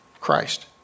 Christ